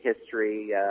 history